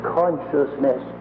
consciousness